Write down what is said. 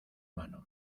mano